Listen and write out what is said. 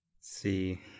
see